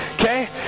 okay